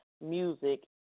music